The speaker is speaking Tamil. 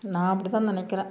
நான் அப்படி தான் நினைக்கிறேன்